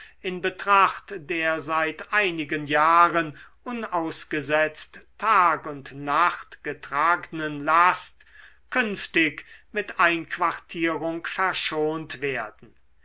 in betracht der seit einigen jahren unausgesetzt tag und nacht getragnen last künftig mit einquartierung verschont werden